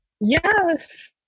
Yes